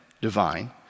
divine